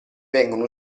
vengono